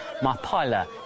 Mapila